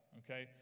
okay